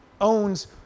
owns